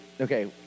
okay